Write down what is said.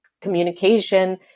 communication